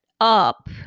up